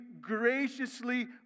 graciously